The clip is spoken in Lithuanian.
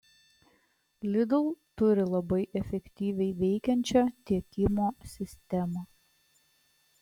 lidl turi labai efektyviai veikiančią tiekimo sistemą